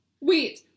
wait